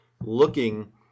looking